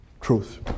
Truth